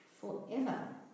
forever